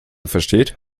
versteht